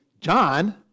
John